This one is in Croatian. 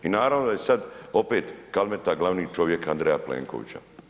I naravno da je sad opet Kalmeta glavni čovjek Andreja Plenkovića.